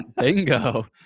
Bingo